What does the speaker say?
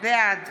בעד